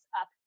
up